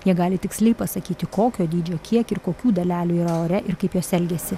jie gali tiksliai pasakyti kokio dydžio kiek ir kokių dalelių yra ore ir kaip jos elgiasi